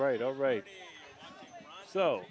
right all right so